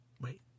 wait